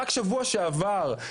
רק שבוע שעבר,